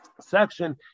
section